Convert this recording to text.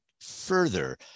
further